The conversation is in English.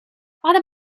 other